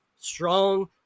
strong